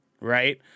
right